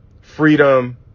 freedom